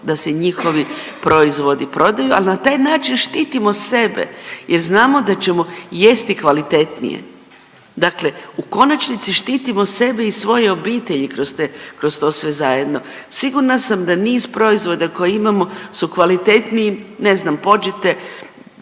da se njihovi proizvodi prodaju, ali na taj način štitimo sebe jer znamo da ćemo jesti kvalitetnije. Dakle u konačnici štitimo sebe i svoje obitelji kroz te, kroz to sve zajedno. Sigurna sam da niz proizvoda koje imamo su kvalitetniji, ne znam, pođite,